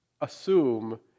assume